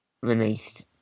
released